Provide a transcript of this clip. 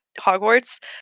Hogwarts